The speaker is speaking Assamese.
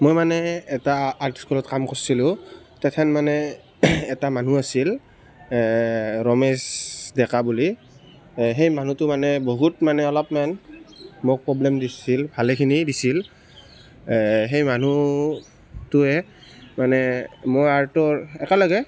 মই মানে এটা আৰ্ট স্কুলত কাম কৰিছিলোঁ তেথেন মানে এটা মানুহ আছিল ৰমেশ ডেকা বুলি সেই মানুহটো মানে বহুত মানে অলপমান মোক প্ৰব্লেম দিছিল ভালেখিনিয়ে দিছিল সেই মানুহটোৱে মানে মোৰ আৰ্টৰ একেলগে